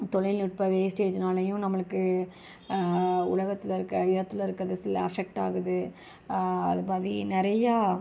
தொழில்நுட்ப வேஸ்டேஜ்னாலையும் நம்மளுக்கு உலகத்தில் இருக்கிற எர்த்தில் இருக்கிறது சில அஃபெக்ட் ஆகுது அதுமாதிரி நிறையா